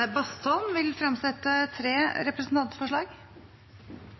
Bastholm vil fremsette tre representantforslag.